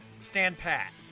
stand-pat